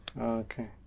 okay